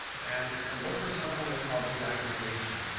and and look for something they call deaggregation.